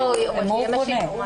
אם הוא רוצה.